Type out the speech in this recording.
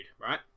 right